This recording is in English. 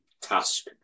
task